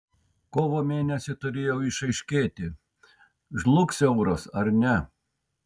kovo mėnesį turėjo išaiškėti žlugs euras ar ne